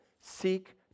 seek